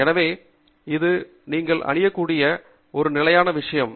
எனவே இது நீங்கள் அணியக்கூடிய ஒரு நிலையான விஷயம்